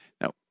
Now